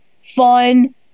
fun